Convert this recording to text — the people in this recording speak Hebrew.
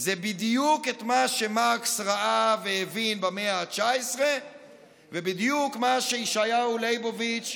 זה בדיוק את מה שמרקס ראה והבין במאה ה-19 ובדיוק מה שישעיהו ליבוביץ'